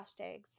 hashtags